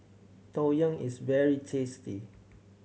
Tang Yuen is very tasty